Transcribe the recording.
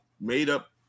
made-up